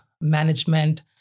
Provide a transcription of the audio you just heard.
management